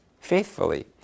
faithfully